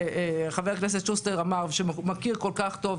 שחבר הכנסת שוסטר אמר שהוא מכיר כל כך טוב,